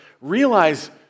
realize